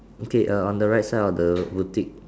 okay uh on the right side of the boutique